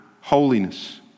holiness